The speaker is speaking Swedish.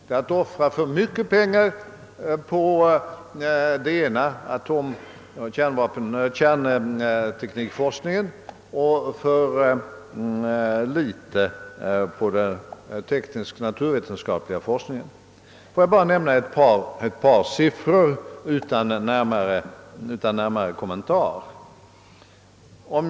Det har offrats för mycket pengar på den kärntekniska och för litet på den teknisk-naturvetenskapliga forskningen i övrigt. Låt mig här bara nämna några siffror utan närmare kommentarer.